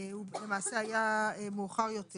הוא למעשה היה מאוחר יותר